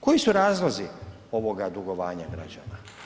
Koji su razlozi ovoga dugovanja građana?